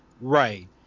Right